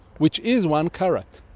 which is one carat.